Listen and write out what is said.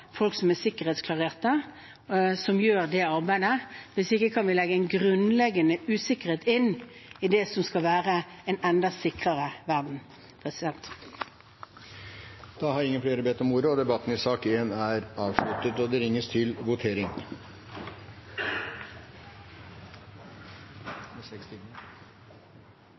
folk som er sikkerhetsklarert, til å gjøre det arbeidet. Hvis ikke kan vi legge en grunnleggende usikkerhet inn i det som skal være en enda sikrere verden. Flere har ikke bedt om ordet til sak nr. 1. Da er Stortinget klar til å gå til votering